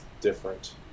different